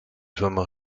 firma